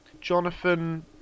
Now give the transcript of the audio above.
Jonathan